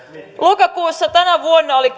lokakuussa tänä vuonna oli